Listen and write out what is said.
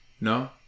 No